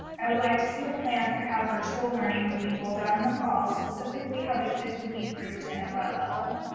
i would like to see the plan for how virtual learning would be rolled out in the fall, specifically how the kids would be grouped and at what level.